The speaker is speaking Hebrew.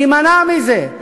להימנע מזה.